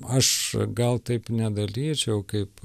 aš gal taip nedaryčiau kaip